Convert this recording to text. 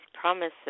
promises